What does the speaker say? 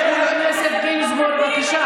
למה אתם מפחדים?